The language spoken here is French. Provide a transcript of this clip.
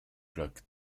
plaques